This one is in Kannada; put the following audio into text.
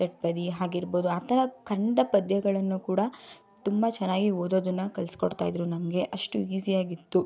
ಷಟ್ಪದಿ ಆಗಿರ್ಬೋದು ಆ ಥರ ಕಂದ ಪದ್ಯಗಳನ್ನು ಕೂಡ ತುಂಬ ಚೆನ್ನಾಗಿ ಓದೋದನ್ನು ಕಲಿಸ್ಕೊಡ್ತಾ ಇದ್ದರು ನಮಗೆ ಅಷ್ಟು ಈಸಿ ಆಗಿತ್ತು